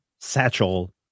satchel